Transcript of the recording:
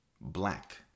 black